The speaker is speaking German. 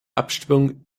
abstimmung